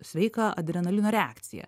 sveiką adrenalino reakciją